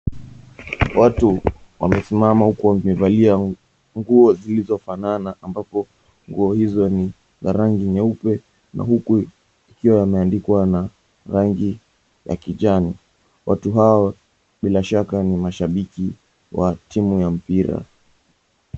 Watu wamesimama huko wamevalia nguo zilizofanana ambapo nguo hizo ni za rangi nyeupe na huku zikiwa zimeandikwa na rangi ya kijani. Watu hao bila shaka ni mashabiki wa timu ya mpira.